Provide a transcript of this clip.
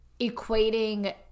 equating